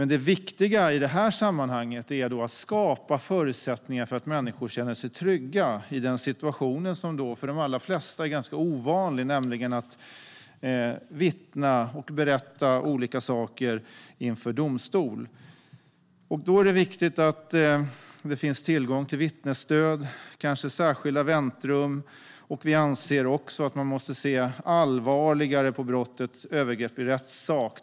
Det viktiga i sammanhanget är dock att man skapar förutsättningar så att människor kan känna sig trygga i en situation som är ganska ovanlig för de allra flesta, nämligen att vittna om och berätta olika saker inför domstol. Då är viktigt att det finns tillgång till vittnesstöd, kanske särskilda väntrum. Vi anser också att man måste se allvarligare på brottet övergrepp i rättssak.